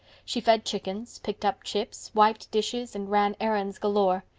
she fed chickens, picked up chips, wiped dishes, and ran errands galore.